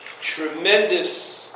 tremendous